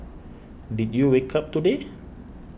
did you wake up today